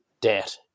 debt